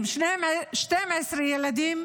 ילדים